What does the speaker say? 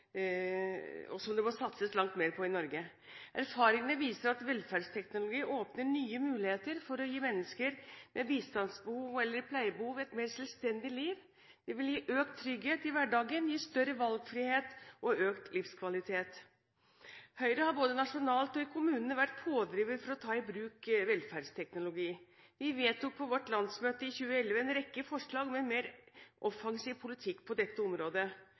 om at det må satses langt mer i Norge. Erfaringene viser at velferdsteknologi åpner nye muligheter for å gi mennesker med bistandsbehov eller pleiebehov et mer selvstendig liv. Det vil gi økt trygghet i hverdagen, større valgfrihet og økt livskvalitet. Høyre har både nasjonalt og i kommunene vært pådriver for å ta i bruk velferdsteknologi. Vi vedtok på vårt landsmøte i 2011 en rekke forslag om en mer offensiv politikk på dette området.